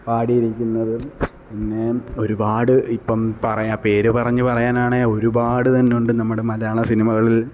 പാടിയിരിക്കുന്നതും പിന്നെ ഒരുപാട് ഇപ്പം പറയുക പേര് പറഞ്ഞു പറയാനാണേ ഒരുപാട് തന്നുണ്ട് നമ്മുടെ മലയാള സിനിമകളില്